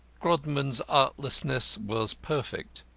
grodman's artlessness was perfect.